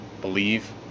Believe